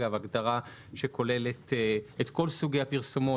הגדרה שכוללת את כל סוגי הפרסומות,